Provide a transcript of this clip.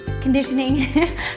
conditioning